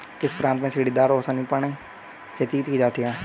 किस प्रांत में सीढ़ीदार या सोपानी खेती की जाती है?